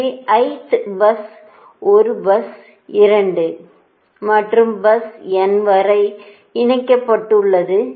எனவே bus 1 bus 2 மற்றும் bus n வரை இணைக்கப்பட்டுள்ளது